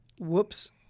Whoops